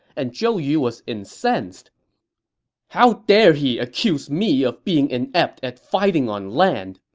and zhou yu was incensed how dare he accuse me of being inept at fighting on land!